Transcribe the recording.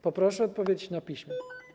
Poproszę o odpowiedź na piśmie.